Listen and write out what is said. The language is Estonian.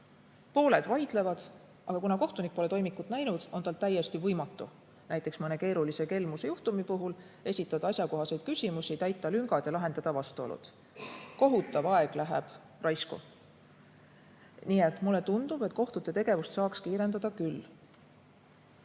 Pooled vaidlevad, aga kuna kohtunik pole toimikut näinud, on tal täiesti võimatu näiteks mõne keerulise kelmusejuhtumi puhul esitada asjakohaseid küsimusi, täita lüngad ja lahendada vastuolud. Kohutav aeg läheb raisku. Nii et mulle tundub, et kohtute tegevust saaks kiirendada küll. Kokku